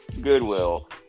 Goodwill